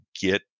get